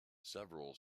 several